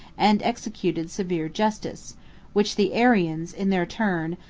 and executed severe justice which the arians, in their turn,